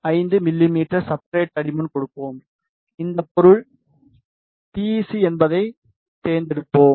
035 மிமீ சப்ஸ்ட்ரட் தடிமன் கொடுப்போம் இந்த பொருள் பி ஈ சி என்பதைத் தேர்ந்தெடுப்போம்